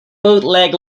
bootleg